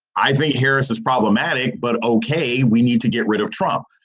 i think harris is problematic, but ok, we need to get rid of trump.